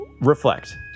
reflect